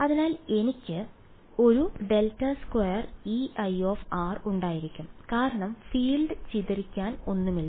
അതിനാൽ എനിക്ക് ഒരു ∇2Ei ഉണ്ടായിരിക്കും കാരണം ഫീൽഡ് ചിതറിക്കാൻ ഒന്നുമില്ല